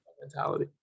mentality